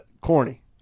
corny